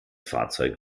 fahrzeug